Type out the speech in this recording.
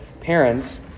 parents